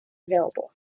available